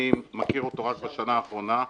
אני מכיר אותו רק בשנה האחרונה.